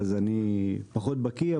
אני פחות בקיא,